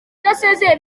udasezeye